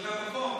תושבי המקום.